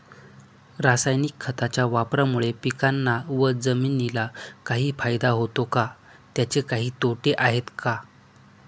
रासायनिक खताच्या वापरामुळे पिकांना व जमिनीला काही फायदा होतो का? त्याचे काही तोटे आहेत का?